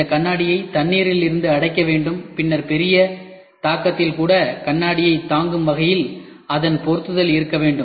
இந்த கண்ணாடியை தண்ணீரிலிருந்து அடைக்க வேண்டும் பின்னர் பெரிய தாக்கத்தில்கூட கண்ணாடியைத் தாங்கும் வகையில் அதன் பொருத்துதல் இருக்க வேண்டும்